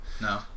No